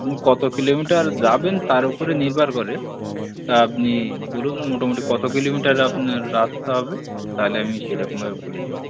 আপনি কত কিলোমটার যাবেন তার উপরে নির্ভর করে তা আপনি বলুন মোটামুটি কত কিলোমিটার আপনার রাস্তা হবে তাহলে আমি সেরকমভাবে বলে দেবো